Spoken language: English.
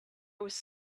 was